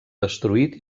destruït